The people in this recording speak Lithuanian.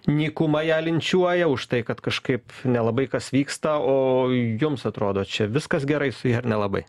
nykumą ją linčiuoja už tai kad kažkaip nelabai kas vyksta o jums atrodo čia viskas gerai su ja ar nelabai